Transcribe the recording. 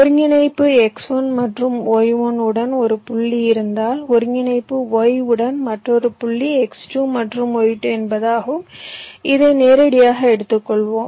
ஒருங்கிணைப்பு x1 மற்றும் y1 உடன் ஒரு புள்ளி இருந்தால் ஒருங்கிணைப்பு y உடன் மற்றொரு புள்ளி x2 மற்றும் y2 என்பதாகும் இதை நேரடியாக எடுத்துக் கொள்ளலாம்